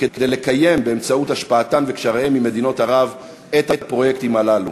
כדי לקיים באמצעות השפעתן וקשריהן עם מדינות ערב את הפרויקטים הללו.